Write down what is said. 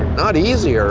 not easier!